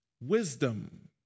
wisdom